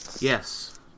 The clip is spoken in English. yes